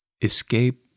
escape